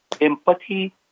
empathy